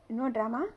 no drama